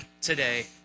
today